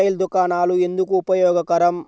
Retail దుకాణాలు ఎందుకు ఉపయోగకరం?